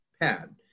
pad